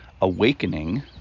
awakening